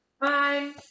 Bye